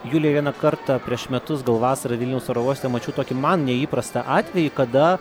julija vieną kartą prieš metus gal vasarą vilniaus oro uoste mačiau tokį man neįprastą atvejį kada